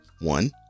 One